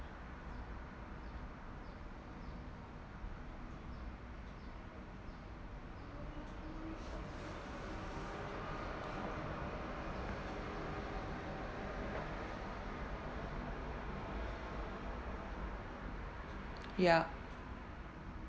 yeah